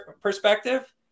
perspective